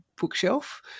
bookshelf